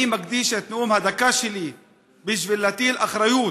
אני מקדיש את נאום הדקה שלי בשביל להטיל אחריות